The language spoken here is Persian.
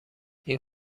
این